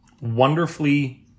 wonderfully